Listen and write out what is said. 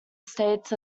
states